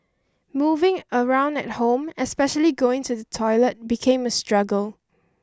moving around at home especially going to the toilet became a struggle